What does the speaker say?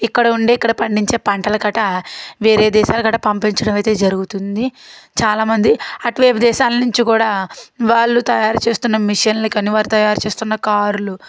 ఇక్కడ ఉండే ఇక్కడ పండించే పంటల గట్రా వేరే దేశాలు కూడా పంపించడం అయితే జరుగుతుంది చాలా మంది అటువైపు దేశాల నుంచి కూడా వాళ్ళు తయారు చేస్తున్న మిషన్లు కానీ వాళ్ళు తయారు చేస్తున్న కార్లు